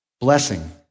blessing